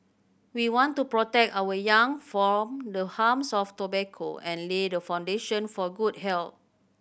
we want to protect our young from the harms of tobacco and lay the foundation for good health